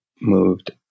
moved